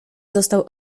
został